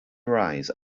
rise